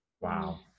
Wow